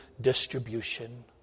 distribution